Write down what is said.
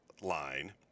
line